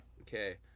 Okay